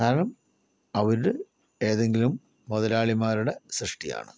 കാരണം അവര് ഏതെങ്കിലും മുതലാളിമാരുടെ സൃഷ്ടിയാണ്